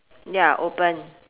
ya open